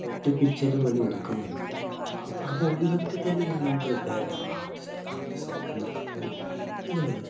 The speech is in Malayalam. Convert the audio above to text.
ഒരൊറ്റ പിക്ചറിൽ വേണമെങ്കിൽ ഒതുക്കാൻ കഴിയും അപ്പോൾ ഇതൊക്കെ തന്നെയാണ് എന്ത് വര ആർട്ടിസ്റ്റ് ആർട്ടിസം എന്നുള്ള ഒരു ഇത് എന്നുള്ളത്